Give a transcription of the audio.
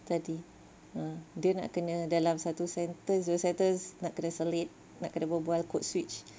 tadi mm dia nak kena dalam satu sentence dua sentence nak kena selit nak kena berbual code switch